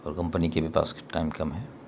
اور کمپنی کے بھی پاس ٹائم کم ہے